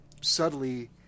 subtly